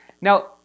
Now